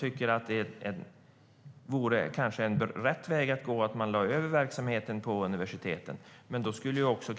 Det vore kanske rätt väg att gå att lägga över verksamheten på universiteten, men då skulle också